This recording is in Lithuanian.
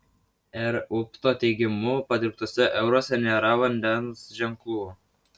r upto teigimu padirbtuose euruose nėra vandens ženklų